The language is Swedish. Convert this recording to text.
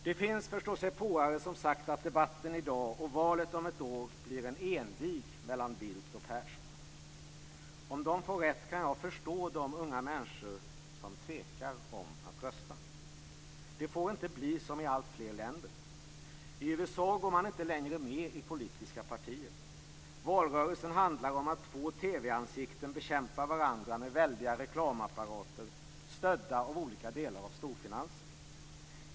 Det finns förståsigpåare som sagt att debatten i dag och valet om ett år blir en envig mellan Bildt och Persson. Om de får rätt kan jag förstå de unga människor som är tveksamma till att rösta. Det får inte bli som i alltfler länder. I USA går man inte längre med i politiska partier. Valrörelsen handlar om att två TV ansikten bekämpar varandra med väldiga reklamapparater bakom sig som är stödda av olika delar av storfinansen.